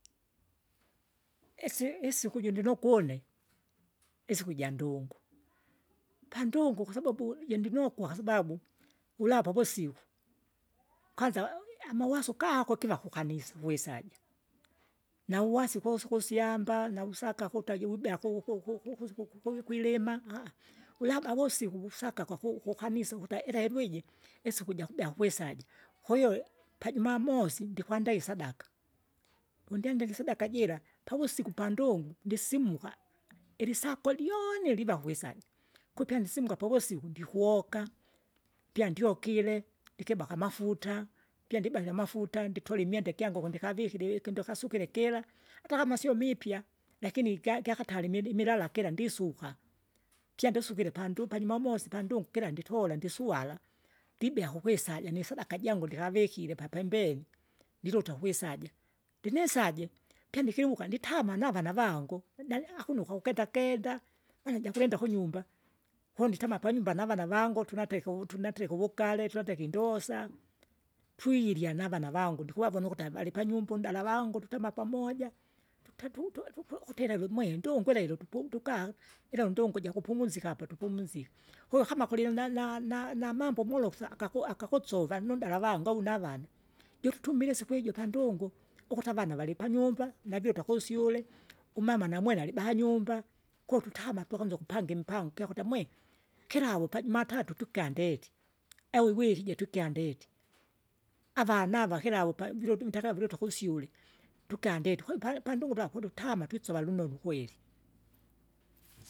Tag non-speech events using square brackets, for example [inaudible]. Isi- isiku uju ndinokwa une, isiku jandungu, pandungu kwasababu jindinokwa kwasababu ulapa uvusiku, kwanza amawaso gako giva kukanisa wisaja. nauwasi gosi kusyamba, navusaka kuta juwibea ku- ku- ku- kusi- ku- ku- kukwilima [hesitation] ulaba vosiku vusaka kwaku kukanisa ukuta ilelwi iji, isiku jakubea kwisaja. Kwahiyo pajumamosi ndikwandaa isadaka, wondyandile isadaka jira pavusiku pandungu, ndisimuka, ilisako lyoni liva kwisaja, kupya ndisimuka povusiku, ndikuoka, pyandyokile, ndikibaka amafuta, pyandibake amafuta nditola imwenda gyangu kundikavikire iwi ikindokasukire kira, atakama sio mipya, lakini gya- gyakatare imini imilala gila gisuka. Pyandisukire pandu pajumamosi pandungu kira nditola ndisuala, ndibea kukusaja nisadaka jangu ndikavikire papembeni, niluta kwisaja, ndinisaje pyenikiwuka nditama navana vangu, na hakuna ukakukenda kenda maana ijakulinda kunyumba, konditama navana vangu tunateko tunateko uvugale tunateka indosa, twilya navana vangu, ndikuvavona ukuta valipanyumba undala wangu tutema pamoja, tute tutwe tukuk kutireve mwe ndungulelo tupu tuka, ila undungu jakumuzika apo tupumuzike. Kuwe kama kuli na- na- na- namambo molosa akaku akaku kusova nundala avangu au navana, jututumile isipu ijo pandungu, ukuti avana valipanyumba, navyuta kusyule, umama namwene alibahanyumba, koo tutama tukanza ukupanga imipango igyakuta mwe, kilavu pajumatatu tukandeti, au wirije tukyandeti, avana ava kilau pa vilo ntakavilo tukusyule, tukandeti kwai pa- pandungu twakututama twisova lulonu kweri.